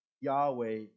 Yahweh